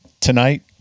tonight